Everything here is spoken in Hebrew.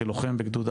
הלוחם מתותחנים,